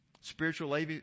Spiritual